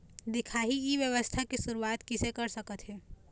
दिखाही ई व्यवसाय के शुरुआत किसे कर सकत हे?